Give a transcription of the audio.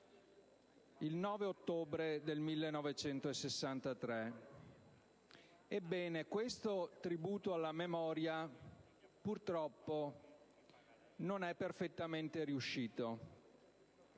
il 9 ottobre del 1963. Ebbene, questo tributo alla memoria purtroppo non è perfettamente riuscito.